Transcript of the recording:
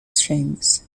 strings